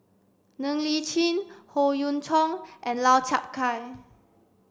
Ng Li Chin Howe Yoon Chong and Lau Chiap Khai